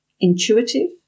intuitive